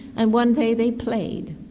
and one day they played.